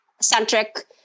centric